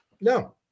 No